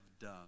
done